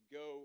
go